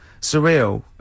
surreal